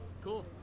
cool